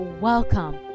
welcome